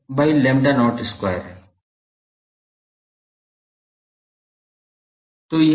तो यह E plane horn है